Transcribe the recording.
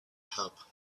help